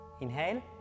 inhale